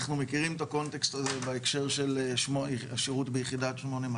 אנחנו מכירים את הקונטקסט הזה בהקשר של שירות ביחידה 8200,